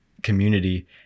community